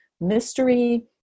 mystery